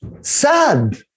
sad